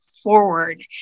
forward